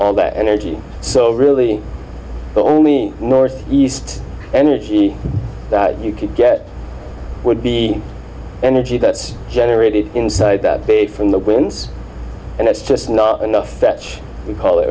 all that energy so really the only north east energy that you could get would be energy that's generated inside that bay from the winds and that's just not enough fetch we call it